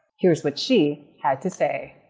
here's what she had to say.